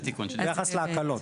ביחס להקלות.